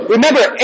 Remember